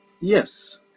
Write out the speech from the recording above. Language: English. yes